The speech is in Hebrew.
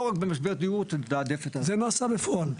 רק במשבר דיור תתעדף --- זה נעשה בפועל.